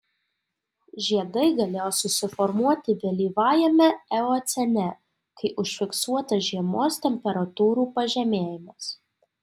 žiedai galėjo susiformuoti vėlyvajame eocene kai užfiksuotas žiemos temperatūrų pažemėjimas